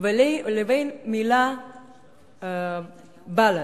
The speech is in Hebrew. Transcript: לבין המלה "בל"ד".